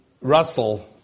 Russell